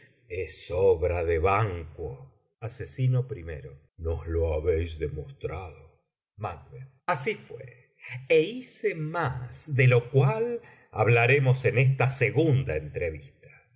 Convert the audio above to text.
es obra de banquo ases nos lo habéis demostrado macb así fué é hice más de lo cual hablaremos en esta segunda entrevista